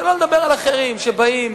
שלא לדבר על אחרים שבאים,